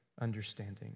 understanding